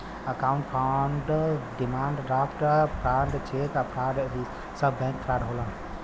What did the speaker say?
account fraud demand draft fraud cheque fraud इ सब bank fraud होलन